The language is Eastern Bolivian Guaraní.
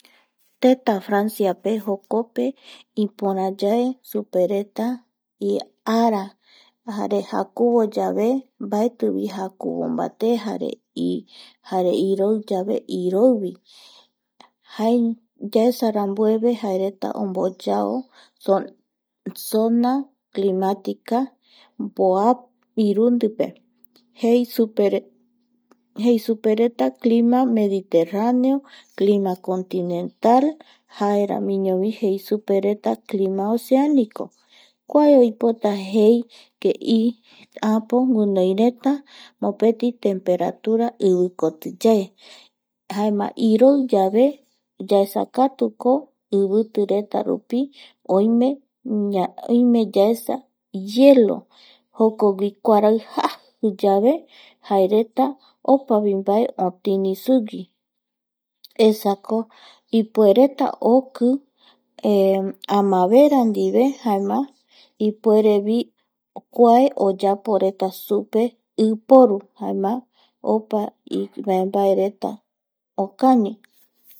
Teta Franciape jokope ipora yae supereta ara jare jakuvoyave mbaetivi jakuvo mbate jare iroi yave iroivi yaesa rambueve jaereta omboyao zona irundipe jei supereta clima mediterraneo clima continental jaeramiñovi jei supereta clima oceanico kuae oipota jei que guinoireta mopeti temperatura ivikotiyae jaema iroi yave yaesakatuko iviti reta rupi oime yaesa hielo jokogui kuarai jajiyave jarereta opavi mbae ipiru sugui esako ipueretakooki amavera ndive jaema ipuerevi kuaeoyaporeta supe iporu jaema opa imanaembaereta okañi